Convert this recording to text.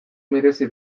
merezi